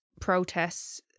protests